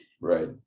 right